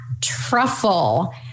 truffle